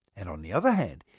and on the other hand,